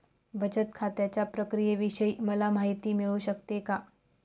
बचत खात्याच्या प्रक्रियेविषयी मला माहिती मिळू शकते का?